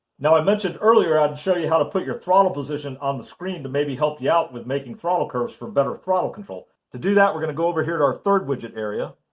now, i mentioned earlier i'd show you how to put your throttle position on the screen to maybe help you out with making throttle curves for better throttle control. to do that, we're going to go over here to our third widget area,